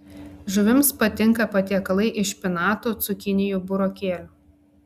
žuvims patinka patiekalai iš špinatų cukinijų burokėlių